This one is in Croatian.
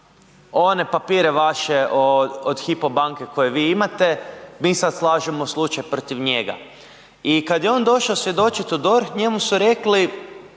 one papire vaše od Hypo banke koje vi imate mi sad slažemo slučaj protiv njega. I kad je on došao svjedočit u DORH njemu su rekli,